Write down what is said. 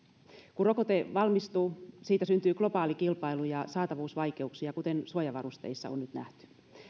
kun rokote valmistuu siitä synty globaali kilpailu ja saatavuusvaikeuksia kuten suojavarusteissa on nyt nähty